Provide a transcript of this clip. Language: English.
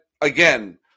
again